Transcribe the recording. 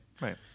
Right